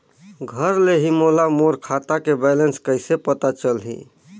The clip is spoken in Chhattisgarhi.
घर ले ही मोला मोर खाता के बैलेंस कइसे पता चलही?